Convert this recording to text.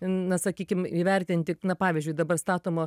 na sakykim įvertinti na pavyzdžiui dabar statomo